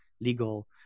legal